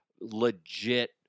legit